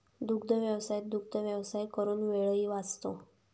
दुग्धव्यवसायात दुग्धव्यवसाय करून वेळही वाचतो